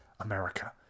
America